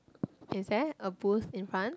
is there a post in front